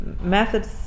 methods